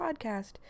podcast